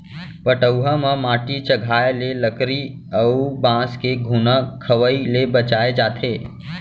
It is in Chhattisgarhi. पटउहां म माटी चघाए ले लकरी अउ बांस के घुना खवई ले बचाए जाथे